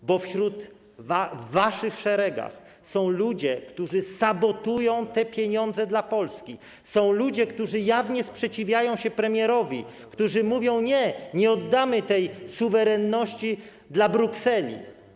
Dlatego że w waszych szeregach są ludzie, którzy sabotują te pieniądze dla Polski, ludzie, którzy jawnie sprzeciwiają się premierowi, którzy mówią: nie, nie oddamy tej suwerenności Brukseli.